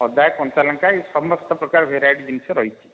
ଅଦା କଞ୍ଚାଲଙ୍କା ଏ ସମସ୍ତ ପ୍ରକାର ଭେରାଇଟି ଜିନିଷ ରହିଛି